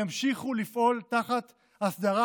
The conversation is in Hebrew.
ימשיכו לפעול תחת אסדרה,